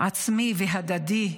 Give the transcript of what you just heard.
עצמי והדדי,